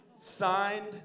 Signed